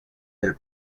del